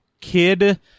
kid